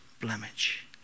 blemish